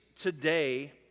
today